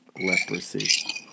Leprosy